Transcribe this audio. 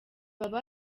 baba